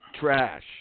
trash